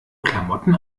klamotten